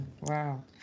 Wow